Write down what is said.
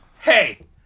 Hey